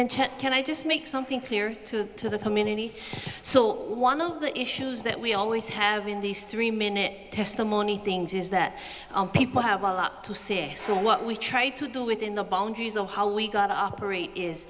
then can i just make something clear to the community so one of the issues that we always have in these three minute testimony things is that people have a lot to say so what we try to do within the boundaries of how we got operate is